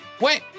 Wait